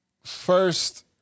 first